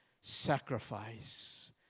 sacrifice